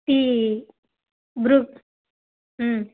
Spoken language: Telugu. tea brew